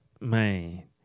Man